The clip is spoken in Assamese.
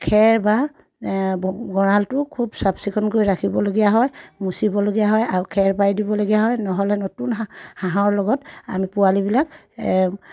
খেৰ বা গঁৰালটো খুব চাফ চিকুণকৈ ৰাখিবলগীয়া হয় মচিবলগীয়া হয় আৰু খেৰ পাৰি দিবলগীয়া হয় নহ'লে নতুন হাঁহৰ লগত আমি পোৱালিবিলাক